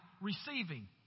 receiving